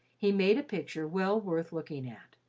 he made a picture well worth looking at.